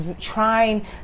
trying